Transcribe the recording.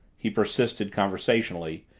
he persisted conversationally,